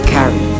Carry